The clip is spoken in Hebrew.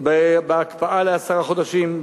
בהקפאה לעשרה חודשים,